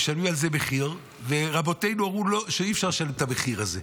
הם משלמים על זה מחיר ורבותינו אמרו שאי-אפשר לשלם את המחיר הזה.